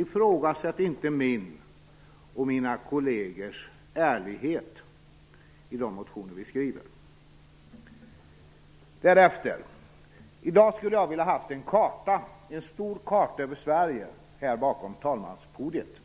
Ifrågasätt inte min och mina kollegers ärlighet i de motioner vi skriver! I dag hade jag velat ha en karta, en stor karta över Sverige här bakom talmanspodiet.